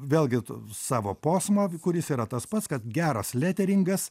vėlgi tu savo posmą kuris yra tas pats kad geras leteringas